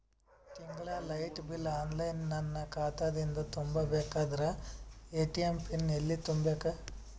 ತಿಂಗಳ light bill online ನನ್ನ ಖಾತಾ ದಿಂದ ತುಂಬಾ ಬೇಕಾದರ ಎ.ಟಿ.ಎಂ ಪಿನ್ ಎಲ್ಲಿ ತುಂಬೇಕ?